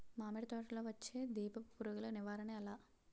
మామిడి తోటలో వచ్చే దీపపు పురుగుల నివారణ ఎలా?